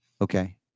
Okay